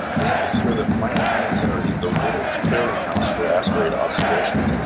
the mpc, or the minor planet center, is the world's clearinghouse for asteroid observations.